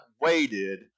waited